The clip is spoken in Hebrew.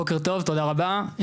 בוקר טוב תודה רבה,